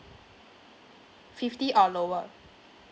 fifty or lower